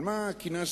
על מה כינסתם,